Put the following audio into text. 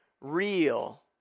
real